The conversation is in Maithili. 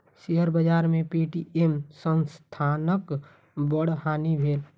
शेयर बाजार में पे.टी.एम संस्थानक बड़ हानि भेल